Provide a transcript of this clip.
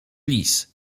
lis